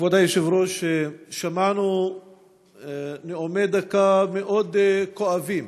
כבוד היושב-ראש, שמענו נאומים בני דקה מאוד כואבים